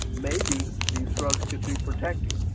maybe these drugs could be protective.